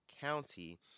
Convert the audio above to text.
County